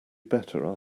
better